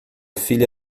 filha